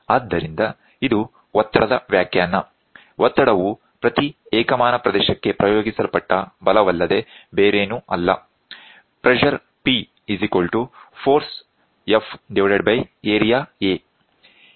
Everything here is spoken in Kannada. ಆದ್ದರಿಂದ ಇದು ಒತ್ತಡದ ವ್ಯಾಖ್ಯಾನ ಒತ್ತಡವು ಪ್ರತಿ ಏಕಮಾನ ಪ್ರದೇಶಕ್ಕೆ ಪ್ರಯೋಗಿಸಲ್ಪಟ್ಟ ಬಲವಲ್ಲದೆ ಬೇರೇನೂ ಅಲ್ಲ